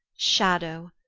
shadow,